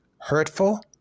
hurtful